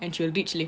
and she will